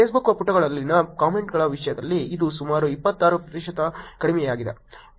Facebook ಪುಟಗಳಲ್ಲಿನ ಕಾಮೆಂಟ್ಗಳ ವಿಷಯದಲ್ಲಿ ಇದು ಸುಮಾರು 26 ಪ್ರತಿಶತ ಕಡಿಮೆಯಾಗಿದೆ